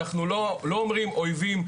אנחנו לא אומרים אויבים,